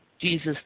Jesus